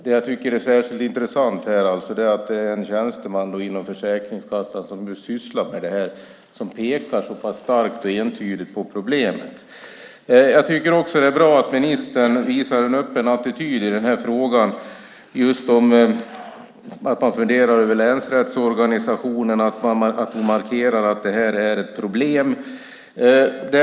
Det jag tycker är särskilt intressant här är att det är en tjänsteman i Försäkringskassan som just sysslar med detta som så pass starkt och entydigt pekar på problemet. Jag tycker också att det är bra att ministern visar en öppen attityd i frågan - att man funderar över länsrättsorganisationen. Hon markerar att det här är ett problem.